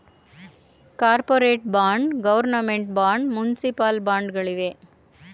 corporate bond, government bond, municipal bond ಗಳಿವೆ